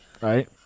Right